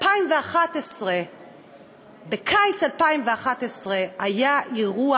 בקיץ 2011 היה אירוע